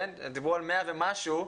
דיברו על 100 ומשהו,